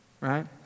right